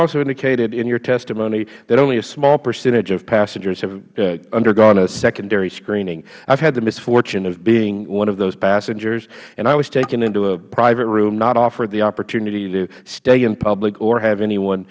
also indicate in your testimony that only a small percentage of passengers have undergone a secondary screening i have had the misfortune of being one of those passengers and i was taken into a private room not offered the opportunity to stay in public or have anyone